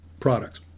products